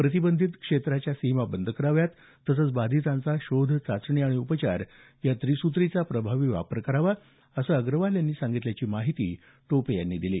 प्रतिबंधित क्षेत्राच्या सीमा बंद कराव्यात तसंच बाधितांचा शोध चाचणी आणि उपचार या त्रिसूत्रीचा प्रभावी वापर करावा असं अग्रवाल यांनी सांगितल्याची माहिती टोपे यांनी दिली